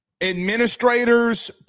administrators